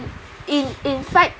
in in fact